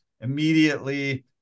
immediately